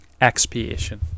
expiation